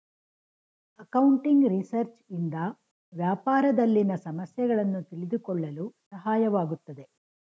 accounting research ಇಂದ ವ್ಯಾಪಾರದಲ್ಲಿನ ಸಮಸ್ಯೆಗಳನ್ನು ತಿಳಿದುಕೊಳ್ಳಲು ಸಹಾಯವಾಗುತ್ತದೆ